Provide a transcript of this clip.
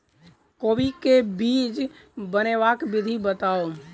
कोबी केँ बीज बनेबाक विधि बताऊ?